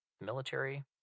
military